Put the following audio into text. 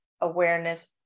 awareness